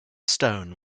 stone